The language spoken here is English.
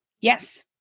Yes